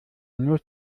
nur